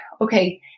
okay